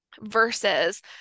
versus